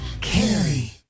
carry